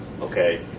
okay